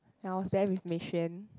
I was there with Mei Xuan